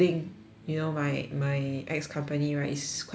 you know my my ex company right is quite huge ah